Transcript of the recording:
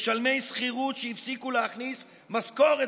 משלמי שכירות שהפסיקו להכניס משכורת